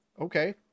Okay